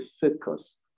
focus